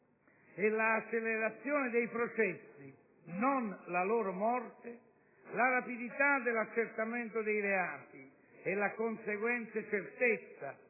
e l'accelerazione dei processi (non la loro morte), la rapidità dell'accertamento dei reati e la conseguente certezza